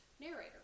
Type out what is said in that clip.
narrator